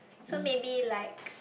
so maybe like